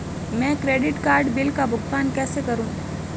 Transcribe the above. मैं credit card bill का भुगतान कैसे करूं?